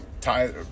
tie